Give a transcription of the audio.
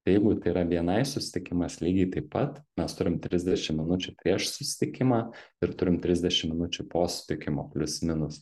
jeigu tai yra bni susitikimas lygiai taip pat mes turim trisdešim minučių prieš susitikimą ir turim trisdešim minučių po sutikimo plius minus